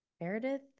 Meredith